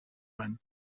when